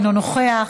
אינו נוכח,